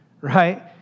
right